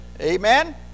Amen